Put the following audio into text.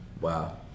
wow